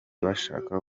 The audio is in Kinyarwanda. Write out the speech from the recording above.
bashaka